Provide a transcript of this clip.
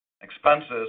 Expenses